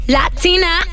Latina